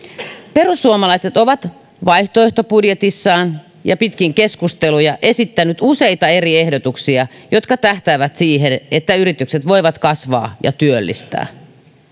perussuomalaiset ovat vaihtoehtobudjetissaan ja pitkin keskusteluja esittäneet useita eri ehdotuksia jotka tähtäävät siihen että yritykset voivat kasvaa ja työllistää